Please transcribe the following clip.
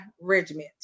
regiment